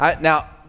Now